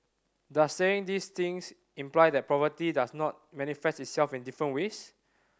does saying these things imply that poverty does not manifest itself in different ways